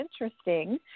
interesting